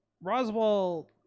Roswell